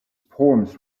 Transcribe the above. poems